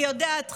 אני יודעת,